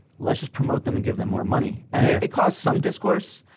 let's just promote them and give them more money. and it it caused some discourse.